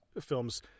films